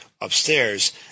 upstairs